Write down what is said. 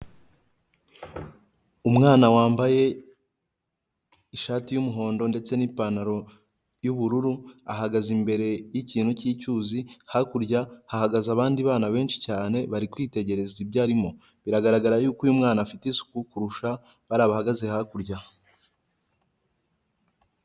Umwana wambaye ishati y'umuhondo ndetse n'ipantaro y'ubururu, ahagaze imbere y'ikintu cy'cyuzi, hakurya hahagaze abandi bana benshi cyane, bari kwitegereza ibyo arimo, biragaragara yuko uyu mwana afite isuku kurusha bariya bahagaze hakurya.